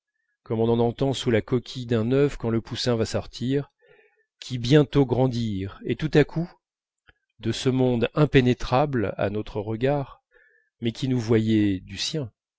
comme on en entend sous la coquille d'un œuf quand le poussin va sortir qui bientôt grandirent et tout à coup de ce monde impénétrable à notre regard mais qui nous voyait du sien